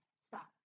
Stop